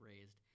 raised